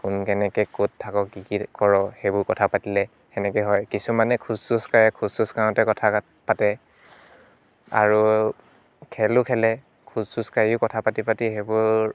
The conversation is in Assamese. কোন কেনেকৈ ক'ত থাকক কি কি কৰ সেইবোৰ কথা পাতিলে সেনেকৈ হয় কিছুমানে খোজ চোজ কাঢ়ে খোজ চোজ কাঢ়োঁতে কথা পাতে আৰু খেলোঁ খেলে খোজ চোজ কাঢ়িও কথা পাতি পাতি সেইবোৰ